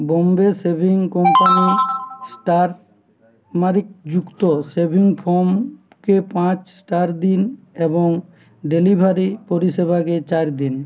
Bombay Shaving Company star মেরিকযুক্ত shaving ফোমকে পাঁচ স্টার দিন এবং ডেলিভারি পরিষেবাকে চার দিন